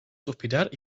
suspirar